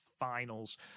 finals